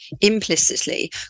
implicitly